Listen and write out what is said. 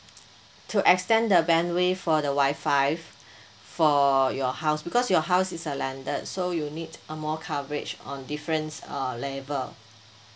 to extend the bandwidth for the wifi for your house because your house is a landed so you need a more coverage on difference uh level